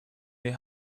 they